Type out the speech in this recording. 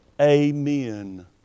Amen